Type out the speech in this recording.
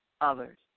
others